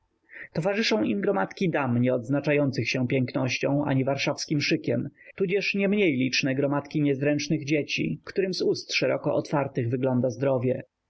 towarzyszą im gromadki dam nie odznaczających się pięknością ani warszawskim szykiem tudzież nie mniej liczne gromadki niezręcznych dzieci którym z ust szeroko otwartych wygląda zdrowie